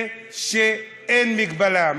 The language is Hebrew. ושלא תהיה מגבלה.